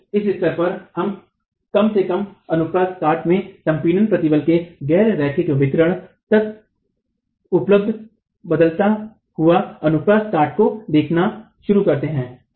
तो इस स्तर पर हम कम से कम अनुप्रस्थ काट में संपीडन प्रतिबल के गैर रैखिक वितरण तक उपलब्ध बदला हुआ अनुप्रस्थ काट को देखना शुरू करते हैं